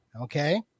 Okay